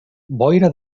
boira